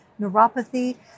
neuropathy